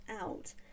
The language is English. out